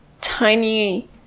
tiny